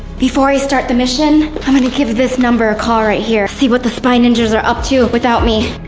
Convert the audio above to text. before i start the mission, i'm going to give this number a call right here and see what the spy ninjas are up to without me.